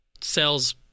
sells